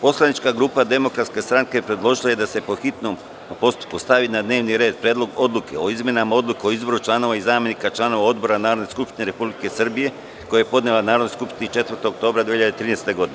Poslanička grupa DS predložila je da se, po hitnom postupku, stavi na dnevni red Predlog odluke o izmenama odluke o izboru članova i zamenika članova odbora Narodne skupštine Republike Srbije koji je podnela Narodnoj skupštini 4. oktobra 2013. godine.